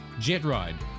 JetRide